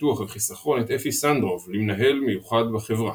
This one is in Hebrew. ביטוח וחיסכון את אפי סנדרוב למנהל מיוחד בחברה,